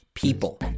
People